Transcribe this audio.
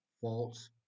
false